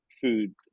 food